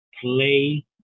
play